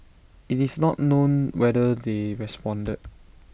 IT is not known whether they responded